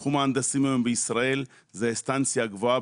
תחום ההנדסאים היום בישראל זה האינסטנציה הגבוהה